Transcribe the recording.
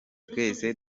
twese